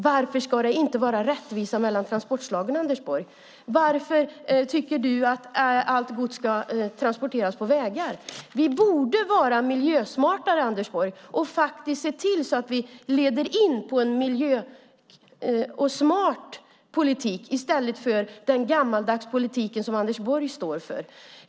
Varför ska det inte vara rättvisa mellan transportslagen, Anders Borg? Varför tycker du att allt gods ska transporteras på vägar? Vi borde vara miljösmartare, Anders Borg, och se till att vi leder in på en miljösmart politik i stället för den gammaldags politik som Anders Borg står för.